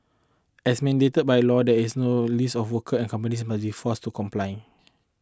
as mandated by law there has no list of workers and companies must be forced to comply